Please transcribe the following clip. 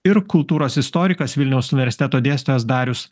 ir kultūros istorikas vilniaus universiteto dėstytojas darius